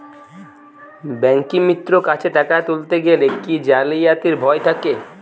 ব্যাঙ্কিমিত্র কাছে টাকা তুলতে গেলে কি জালিয়াতির ভয় থাকে?